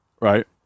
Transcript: right